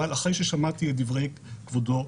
אבל אחרי ששמעתי את דברי כבודו,